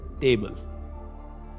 table